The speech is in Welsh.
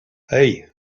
hei